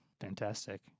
Fantastic